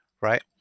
right